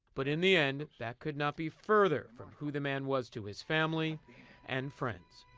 but in the end that could not be further from who the man was to his family and friends.